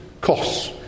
costs